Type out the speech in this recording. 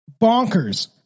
bonkers